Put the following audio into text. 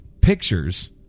pictures